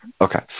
okay